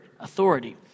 authority